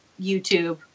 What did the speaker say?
YouTube